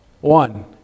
One